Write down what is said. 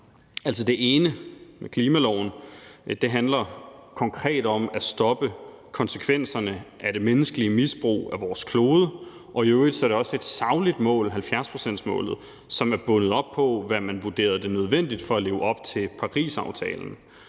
det ene, klimaloven, handler konkret om at stoppe konsekvenserne af det menneskelige misbrug af vores klode, og i øvrigt er det også et sagligt mål, altså 70-procentsmålet, som er bundet op på, hvad man vurderede var nødvendigt for at leve op til Parisaftalen.